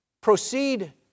proceed